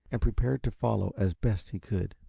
and prepared to follow as best he could.